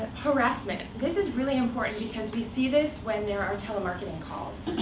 harassment this is really important, because we see this when there are telemarketing calls.